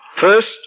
First